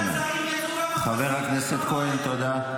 חבר הכנסת כהן, תודה.